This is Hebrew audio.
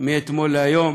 מאתמול להיום,